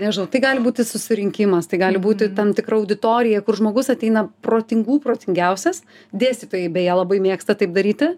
nežinai tai gali būti susirinkimas tai gali būti tam tikra auditorija kur žmogus ateina protingų protingiausias dėstytojai beje labai mėgsta taip daryti